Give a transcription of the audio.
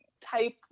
type